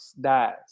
dies